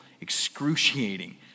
excruciating